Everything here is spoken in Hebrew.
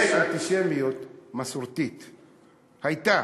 יש אנטישמיות מסורתית, הייתה,